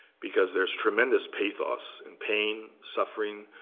because there's tremendous pathos and pain, suffering.